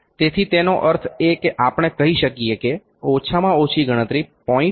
મી તેથી તેનો અર્થ એ કે આપણે કહી શકીએ કે ઓછામાં ઓછી ગણતરી 0